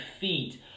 feet